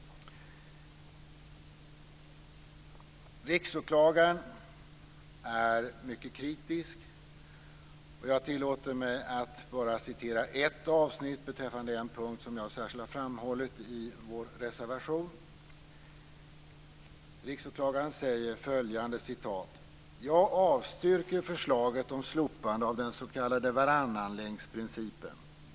Riksåklagaren är mycket kritisk. Jag tillåter mig att bara citera ett avsnitt beträffande en punkt som jag särskilt har framhållit i vår reservation. Riksåklagaren säger följande: "Jag avstyrker förslaget om slopande av den s.k. varannanlänksprincipen.